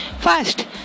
First